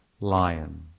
lion